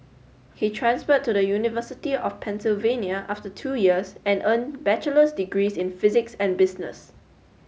he transferred to the University of Pennsylvania after two years and earned bachelor's degrees in physics and business